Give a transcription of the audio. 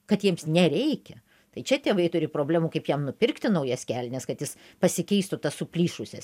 kad jiems nereikia tai čia tėvai turi problemų kaip jam nupirkti naujas kelnes kad jis pasikeistų tas suplyšusias